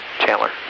Chandler